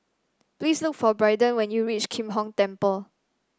please look for Braiden when you reach Kim Hong Temple